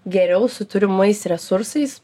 geriau su turimais resursais